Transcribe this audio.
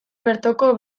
bertoko